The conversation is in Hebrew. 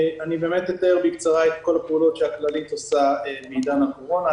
אתאר בקצרה את כל הפעולות ששירותי בריאות כללית עושה בעידן הקורונה.